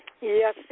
Yes